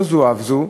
לא זו אף זו,